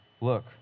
Look